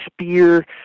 spear